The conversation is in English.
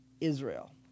Israel